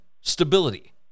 stability